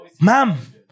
ma'am